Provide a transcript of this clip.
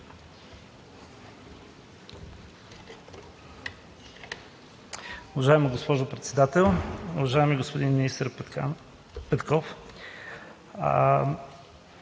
Уважаема госпожо Председател! Уважаеми господин министър Петков,